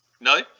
No